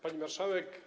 Pani Marszałek!